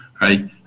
Right